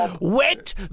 wet